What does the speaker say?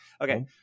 Okay